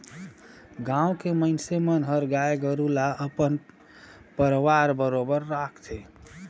गाँव के मइनसे मन हर गाय गोरु ल अपन परवार बरोबर राखथे